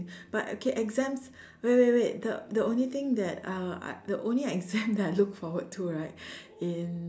but okay exam wait wait wait the the only thing that uh the only exam that I look forward to right in